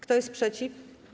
Kto jest przeciw?